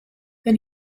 then